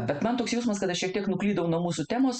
bet man toks jausmas kad aš šiek tiek nuklydau nuo mūsų temos